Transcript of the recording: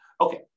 Okay